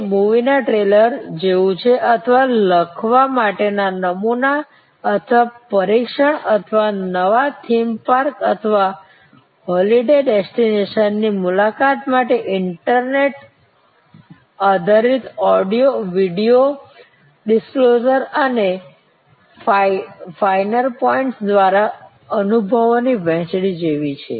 તે મૂવીના ટ્રેલર જેવું છે અથવા લખવા માટેના નમૂના અથવા પરીક્ષણ અથવા નવા થીમ પાર્ક અથવા હોલિડે ડેસ્ટિનેશનની મુલાકાત માટે ઇન્ટરનેટ આધારિત ઓડિયો વિડિયો ડિસ્ક્લોઝર અને ફાઇનર પોઈન્ટ્સ દ્વારા અનુભવોની વહેંચણી જેવી છે